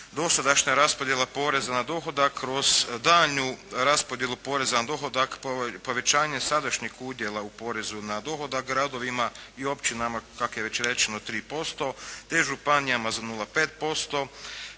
dosadašnja raspodjela poreza na dohodak kroz daljnju raspodjelu poreza na dohodak, povećanje sadašnjeg udjela u porezu na dohodak gradovima i općinama kak je već rečeno 3% te županijama za 0,5%,